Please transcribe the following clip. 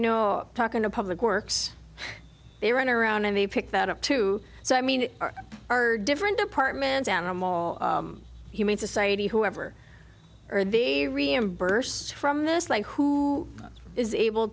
know talking to public works they run around and they pick that up too so i mean are are different departments and humane society whoever are the reimburse from this like who is able